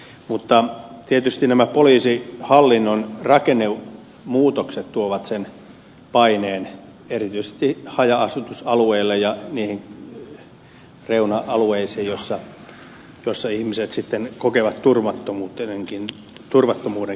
mutta tietysti nämä poliisihallinnon rakennemuutokset tuovat sen paineen erityisesti haja asutusalueille ja reuna alueille missä ihmiset sitten kokevat turvattomuudenkin tunnetta